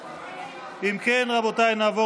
אם כן, רבותיי, נעבור